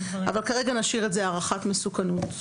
אבל כרגע נשאיר את זה "הערכת מסוכנות",